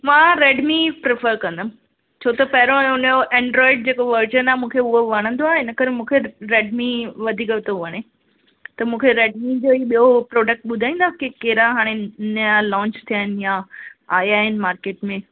मां Redmi prefer कंदमि छो त पहिरों हुनजो एंड्रॉइड जेको वर्जन आहे मूंखे उहो वणंदो आहे हिन करे मूंखे रेडमी वधीक थो वणे त मूंखे रेडमी जो ई ॿियो प्रोडक्ट ॿुधाईंदा की कहिड़ा हाणे नवां लॉन्च थिया आहिनि या आया आहिनि मार्केट में